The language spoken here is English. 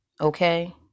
Okay